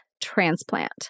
transplant